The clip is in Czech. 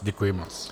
Děkuji moc.